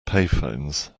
payphones